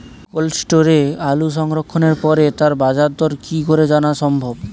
Cold স্টোরে আলু সংরক্ষণের পরে তার বাজারদর কি করে জানা সম্ভব?